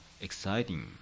exciting